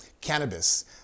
cannabis